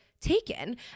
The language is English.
taken